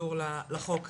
שקשור לחוק הזה.